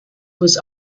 was